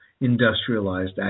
industrialized